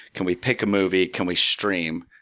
can we pick a movie? can we stream?